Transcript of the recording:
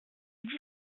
dix